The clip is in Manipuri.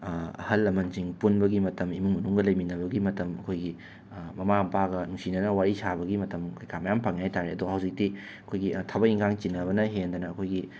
ꯑꯍꯜ ꯂꯃꯟꯁꯤꯡ ꯄꯨꯟꯕꯒꯤ ꯃꯇꯝ ꯏꯃꯨꯡ ꯃꯅꯨꯡꯒ ꯂꯩꯃꯤꯟꯅꯕꯒꯤ ꯃꯇꯝ ꯑꯩꯈꯣꯏꯒꯤ ꯃꯃꯥ ꯃꯄꯥꯒ ꯅꯨꯡꯁꯤꯅꯅ ꯋꯥꯔꯤ ꯁꯥꯕꯒꯤ ꯃꯇꯝ ꯀꯩ ꯀꯥ ꯃꯌꯥꯝ ꯐꯪꯉꯦ ꯍꯥꯏꯕ ꯇꯥꯔꯦ ꯑꯗꯣ ꯍꯧꯖꯤꯛꯇꯤ ꯑꯩꯈꯣꯏꯒꯤ ꯊꯕꯛ ꯏꯟꯈꯥꯡ ꯆꯤꯟꯅꯕꯅ ꯍꯦꯟꯗꯅ ꯑꯩꯈꯣꯏꯒꯤ